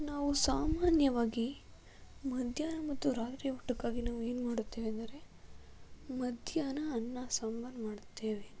ನಾವು ಸಾಮಾನ್ಯವಾಗಿ ಮಧ್ಯಾಹ್ನ ಮತ್ತು ರಾತ್ರಿ ಊಟಕ್ಕಾಗಿ ನಾವು ಏನು ಮಾಡುತ್ತೇವೆ ಅಂದರೆ ಮಧ್ಯಾಹ್ನ ಅನ್ನ ಸಾಂಬಾರ್ ಮಾಡ್ತೇವೆ